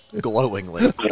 Glowingly